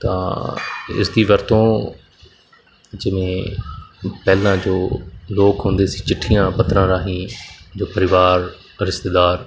ਤਾਂ ਇਸ ਦੀ ਵਰਤੋਂ ਜਿਵੇਂ ਪਹਿਲਾਂ ਜੋ ਲੋਕ ਹੁੰਦੇ ਸੀ ਚਿੱਠੀਆਂ ਪੱਤਰਾਂ ਰਾਹੀਂ ਜੋ ਪਰਿਵਾਰ ਰਿਸ਼ਤੇਦਾਰ